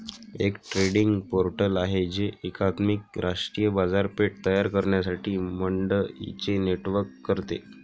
एक trading portal आहे जे एकात्मिक राष्ट्रीय बाजारपेठ तयार करण्यासाठी मंडईंचे नेटवर्क करते